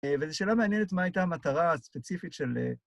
וזו שאלה מעניינת מה הייתה המטרה הספציפית של...